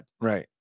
Right